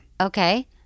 Okay